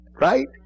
right